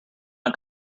not